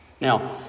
Now